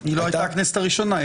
היא לא הייתה הכנסת הראשונה.